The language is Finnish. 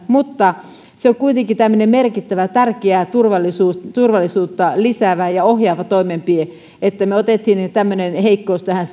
mutta se on kuitenkin tämmöinen merkittävä tärkeä ja turvallisuutta lisäävä ja ohjaava toimenpide että me otimme tämmöisen heikkouden tähän